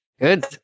good